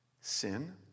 Sin